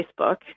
Facebook